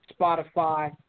Spotify